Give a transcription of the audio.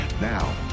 Now